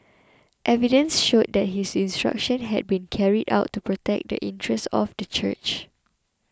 evidence showed that his instructions had been carried out to protect the interests of the church